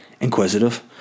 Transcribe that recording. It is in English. inquisitive